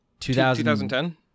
2010